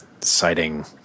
citing